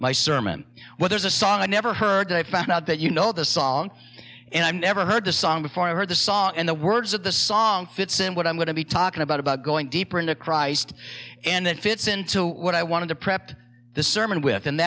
my sermon where there's a song i never heard that i found out that you know the song and i never heard the song before i heard the song and the words of the song fits in what i'm going to be talking about about going deeper into christ and that fits into what i wanted to prep the sermon with and